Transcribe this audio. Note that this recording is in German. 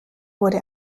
wurde